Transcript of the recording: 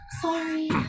sorry